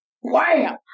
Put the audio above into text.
wham